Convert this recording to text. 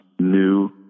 new